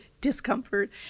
discomfort